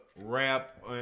Rap